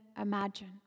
imagine